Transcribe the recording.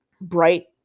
bright